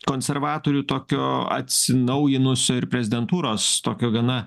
konservatorių tokio atsinaujinusio ir prezidentūros tokio gana